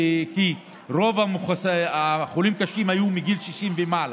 כי רוב החולים קשה היו מגיל 60 ומעלה,